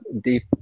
deep